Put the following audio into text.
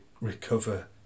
recover